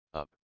up